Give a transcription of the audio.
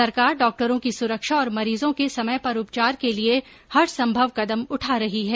सरकार डॉक्टरों की सुरक्षा और मरीजों के समय पर उपचार के लिये हर संभव कदम उठा रही है